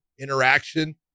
interaction